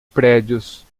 prédios